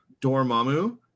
Dormammu